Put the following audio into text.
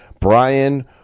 Brian